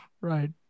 Right